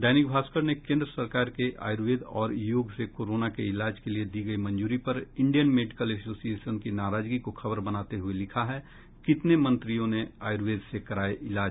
दैनिक भास्कर ने केन्द्र सरकार के आयुर्वेद और योग से कोरोना के इलाज के लिए दी गयी मंजूरी पर इंडियन मेडिकल एसोसिएशन की नाराजगी को खबर बनाते हुए लिखा है कितने मंत्रियों ने आयुर्वेद से कराये इलाज